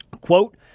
Quote